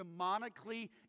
demonically